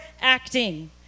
acting